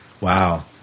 Wow